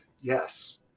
yes